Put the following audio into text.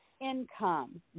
income